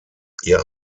ihr